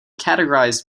categorized